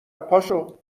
پاشو